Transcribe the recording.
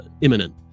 imminent